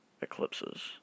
eclipses